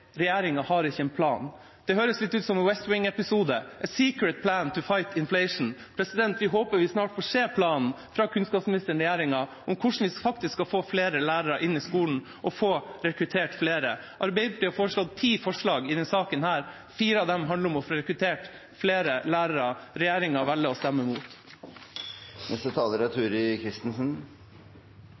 regjeringa ikke har noen plan. Det høres litt ut som en episode av The West Wing – «a secret plan to fight inflation». Vi håper vi snart får se planen fra kunnskapsministeren og regjeringa for hvordan vi faktisk skal få flere lærere inn i skolen og få rekruttert flere. Arbeiderpartiet har lagt fram ti forslag i denne saken, fire av dem handler om å få rekruttert flere lærere. Regjeringa velger å stemme